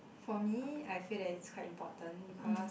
for me I feel that it's quite important because